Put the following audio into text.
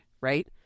right